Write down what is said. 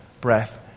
breath